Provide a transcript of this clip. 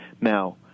Now